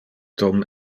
tom